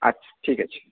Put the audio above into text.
আচ্ছা ঠিক আছে